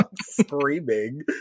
screaming